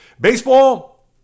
baseball